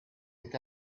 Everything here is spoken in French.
est